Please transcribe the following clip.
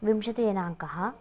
विंशतिदिनाङ्कः